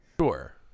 Sure